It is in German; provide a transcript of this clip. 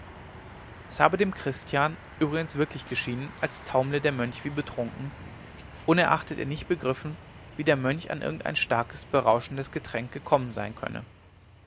es habe dem christian übrigens wirklich geschienen als taumle der mönch wie betrunken unerachtet er nicht begriffen wie der mönch an irgendein starkes berauschendes getränk gekommen sein könne